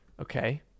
Okay